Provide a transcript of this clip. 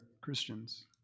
Christians